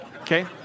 Okay